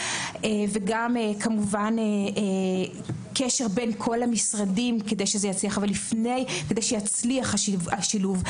וגם כמובן קשר בין כל המשרדים כדי שיצליח השילוב.